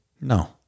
No